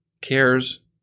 cares